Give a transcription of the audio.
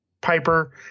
Piper